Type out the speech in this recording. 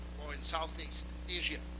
or in southeast asia.